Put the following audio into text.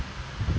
relax ya